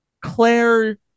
Claire